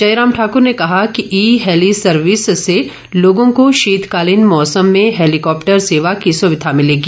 जयराम ठाकुर ने कहा कि ई हैली सर्विस से लोगों को शीतकालीन मौसम में हैलीकॉप्टर सेवा की सुविधा मिलेगी